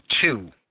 two